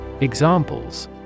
Examples